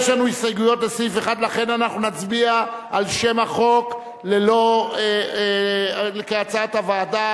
יש לנו הסתייגויות לסעיף 1 ולכן אנחנו נצביע על שם החוק כהצעת הוועדה.